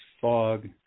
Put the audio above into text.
fog